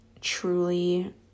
truly